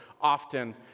often